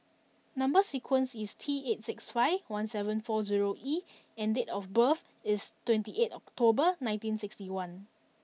number sequence is T eight six five one seven four zero E and date of birth is twenty eight October nineteen sixty one